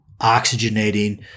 oxygenating